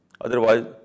otherwise